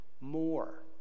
more